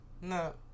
No